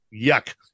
yuck